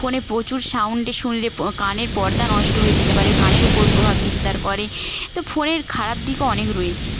ফোনে প্রচুর সাউন্ডে শুনলে কানের পর্দা নষ্ট হয়ে যেতে পারে কানের ওপর প্রভাব বিস্তার করে তো ফোনের খারাপ দিকও অনেক রয়েছে